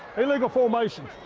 illegal formation.